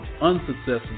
unsuccessful